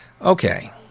Okay